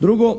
Drugo,